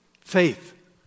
Faith